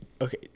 okay